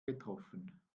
getroffen